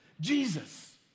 Jesus